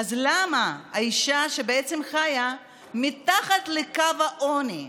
למה אישה שבעצם חיה מתחת לקו העוני,